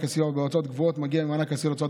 הסיוע בהוצאות קבועות מגיעים ממענק הסיוע להוצאות